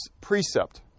precept